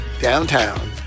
Downtown